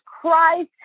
Christ